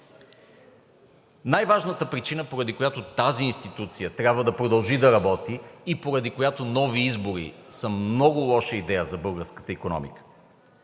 Най-важната причина, поради която тази институция трябва да продължи да работи и поради която нови избори са много лоша идея за българската икономика,